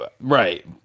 Right